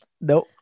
no